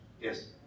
Yes